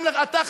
גם אתה,